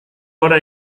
gora